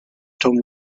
tom